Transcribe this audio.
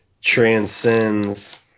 transcends